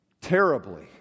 terribly